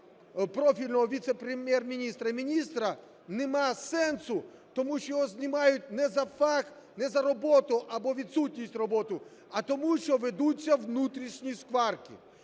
профільного віце-прем'єр-міністра і міністра немає сенсу, тому що його знімають не за факт, не за роботу або відсутність роботи, а тому що ведуться внутрішні сварки.